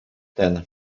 ten